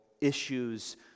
issues